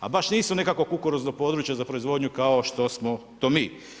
A baš nisu nekakvo kukuruzno područje za proizvodnju, kao što smo to mi.